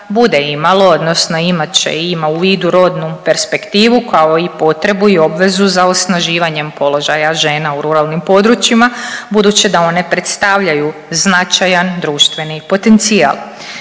bude imalo odnosno imat će i ima u vidu rodnu perspektivu kao i potrebu i obvezu za osnaživanjem položaja žena u ruralnim područjima budući da one predstavljaju značajan društveni potencijal.